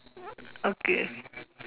okay